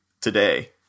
today